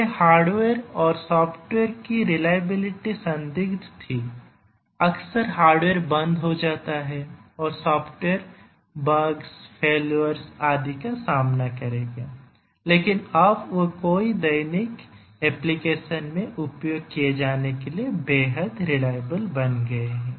पहले हार्डवेयर और सॉफ्टवेयर की रिलायबिलिटी संदिग्ध थी अक्सर हार्डवेयर बंद हो जाता है और सॉफ्टवेयर बगस फेलियरआदि का सामना करेगा लेकिन अब वे कई दैनिक एप्लीकेशन में उपयोग किए जाने के लिए बेहद रिलाएबल बन गए हैं